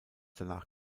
danach